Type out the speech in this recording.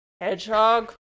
Hedgehog